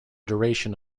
duration